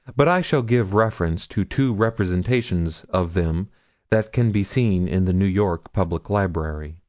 but i shall give reference to two representations of them that can be seen in the new york public library.